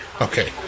Okay